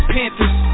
Panthers